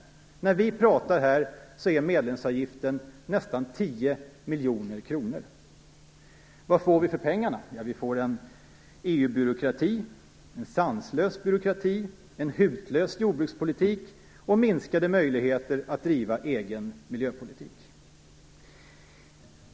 När vi pratar här är medlemsavgiften nästan 10 miljoner kronor. Vad får vi för pengarna? Jo, vi får en EU-byråkrati, en sanslös byråkrati, en hutlös jordbrukspolitik och minskade möjligheter att driva en egen miljöpolitik.